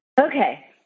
Okay